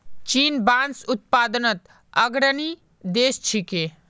चीन बांस उत्पादनत अग्रणी देश छिके